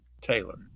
Taylor